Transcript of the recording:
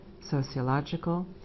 sociological